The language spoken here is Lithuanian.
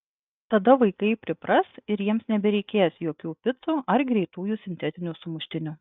tada vaikai pripras ir jiems nebereikės jokių picų ar greitųjų sintetinių sumuštinių